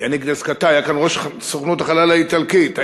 יניק ד'אסטה, היה כאן ראש סוכנות החלל האיטלקית,